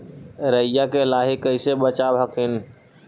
राईया के लाहि कैसे बचाब हखिन?